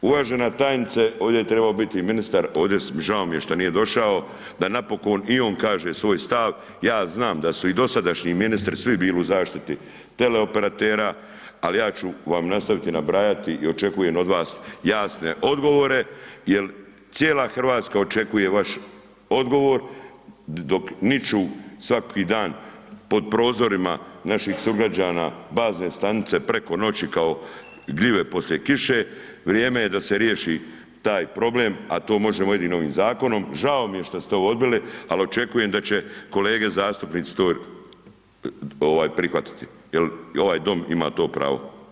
Uvažena tajnice, ovdje je trebao biti i ministar, ovdje, žao mi je šta nije došao da napokon i on kaže svoj stav, ja znam da su i dosadašnji ministri svi bili u zaštiti teleoperatera, ali ja ću vam nastaviti nabrajati i očekujem od vas jasne odgovore jel cijela RH očekuje vaš odgovor, dok niču svaki dan pod prozorima naših sugrađana bazne stanice preko noći kao gljive poslije kiše, vrijeme je da se riješi taj problem, a to možemo jedino ovim zakonom, žao mi je što ste ovo odbili, al očekujem da će kolege zastupnici to prihvatiti, jel ovaj dom ima to pravo.